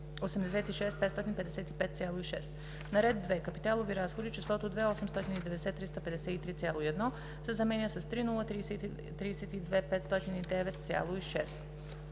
на ред 2. Капиталови разходи числото „2 890 353,1“ се заменя с „3 032 509,6“;